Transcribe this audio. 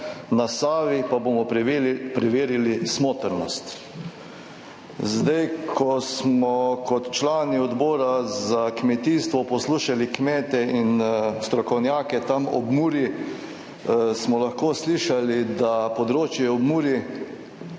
na Savi pa bomo preverili smotrnost. Ko smo kot člani Odbora za kmetijstvo poslušali kmete in strokovnjake tam ob Muri, smo lahko slišali, da je področje ob Muri